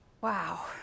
Wow